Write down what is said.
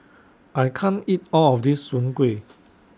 I can't eat All of This Soon Kuih